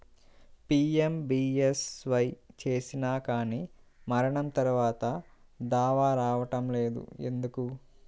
PMBSY చేసినా కానీ మరణం తర్వాత దావా రావటం లేదు ఎందుకు?